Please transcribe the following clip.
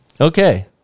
Okay